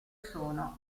sono